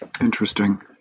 Interesting